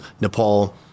Nepal